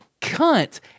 cunt